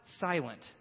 silent